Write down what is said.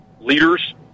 leaders